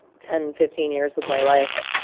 ten, fifteen years of my life,